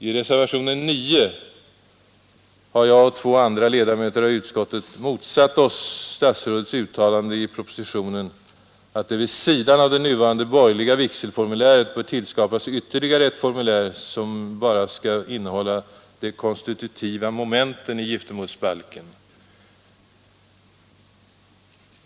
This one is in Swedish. I reservationen 9 har jag och två andra ledamöter av utskottet motsatt oss statsrådets uttalande i propositionen att det vid sidan av det nuvarande borgerliga vigselformuläret bör tillskapas ytterligare ett formulär, som bara skall innehålla de konstitutiva momenten i giftermålsbalken.